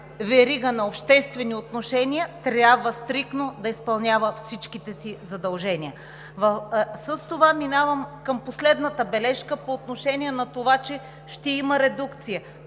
верига на обществени отношения трябва стриктно да изпълнява всичките си задължения. Минавам към последната бележка по отношение на това, че ще има редукция.